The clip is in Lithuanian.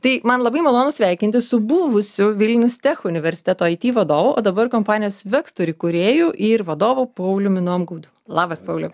tai man labai malonu sveikintis su buvusiu vilnius tech universiteto aity vadovu o dabar kompanijos vektur turi įkūrėjų ir vadovu pauliumi nomgaudu labas pauliau